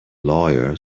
lawyer